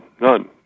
none